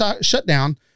shutdown